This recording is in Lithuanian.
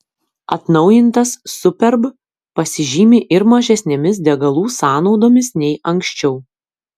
atnaujintas superb pasižymi ir mažesnėmis degalų sąnaudomis nei anksčiau